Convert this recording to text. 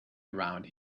around